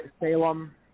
Salem